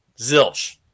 zilch